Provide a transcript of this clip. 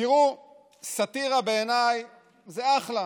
סאטירה בעיניי זה אחלה,